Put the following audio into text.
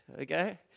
okay